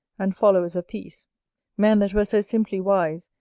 and followers of peace men that were so simply wise,